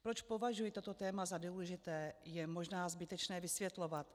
Proč považuji toto téma za důležité, je možná zbytečné vysvětlovat.